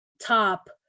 top